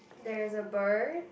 there is a bird